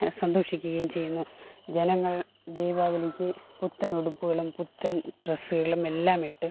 സന്തോഷിക്കുകയും ചെയ്യുന്നു ജനങ്ങള് ദീപാവലിക്ക് പുത്തനുടുപ്പുകളും പുത്തന് ഡ്രസ്സുകളുമെല്ലാമിട്ട്